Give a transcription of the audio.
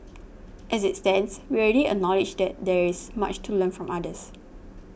as it stands we already acknowledge that there is much to learn from others